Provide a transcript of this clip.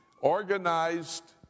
organized